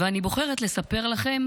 ואני בוחרת לספר לכם